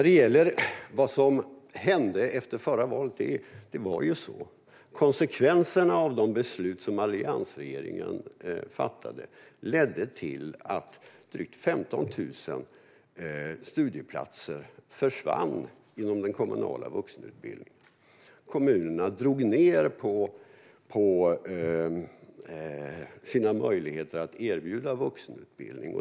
Det som hände efter förra valet var att konsekvensen av de beslut som alliansregeringen fattade var att drygt 15 000 studieplatser inom den kommunala vuxenutbildningen försvann. Kommunerna drog ned på sina möjligheter att erbjuda vuxenutbildning.